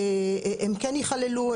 הם כן יכללו,